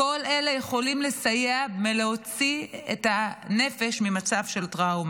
כל אלה יכולים לסייע ולהוציא את הנפש ממצב של טראומה.